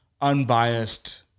unbiased